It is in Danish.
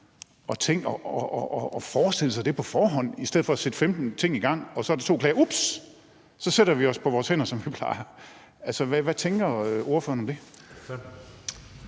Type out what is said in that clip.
og forestille sig det på forhånd i stedet for at sætte 15 ting i gang og sige, når der kommer to klager: Ups, så sætter vi os på vores hænder, som vi plejer? Altså, hvad tænker ordføreren om det?